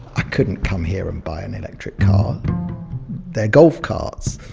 i couldn't come here and buy an electric car they're golf carts.